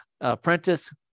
apprentice